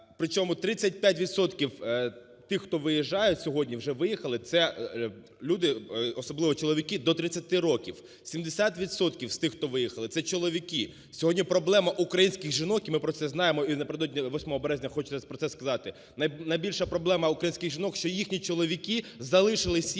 відсотків тих, хто виїжджають сьогодні і вже виїхали, – це люди, особливо чоловіки, до 30 років. 70 відсотків з тих, хто виїхали, – це чоловік. Сьогодні проблема українських жінок, і ми про це знаємо, і напередодні 8 Березня хочеться про це сказати, найбільша проблема українських жінок, що їхні чоловіки залишили